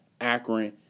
Akron